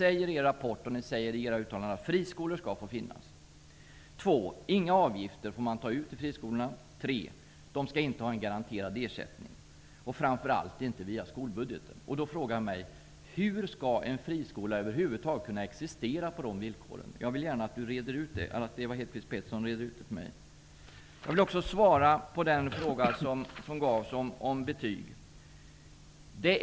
Ni säger i er rapport och i era uttalanden att friskolor skall få finnas. Men man får inte ta ut några avgifter i friskolorna, samtidigt som man inte är garanterad ersättning, framför allt inte via skolbudgeten. Då frågar jag mig: Hur skall en friskola över huvud taget kunna existera under dessa villkor? Jag vill gärna att Ewa Hedkvist Petersen reder ut detta för mig. Jag vill också svara på den fråga som ställdes om betyg.